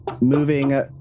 Moving